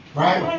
right